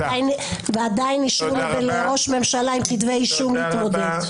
ועדיין אישרו לראש ממשלה עם כתבי אישום להתמודד.